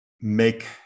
make